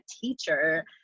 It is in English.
teacher